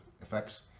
effects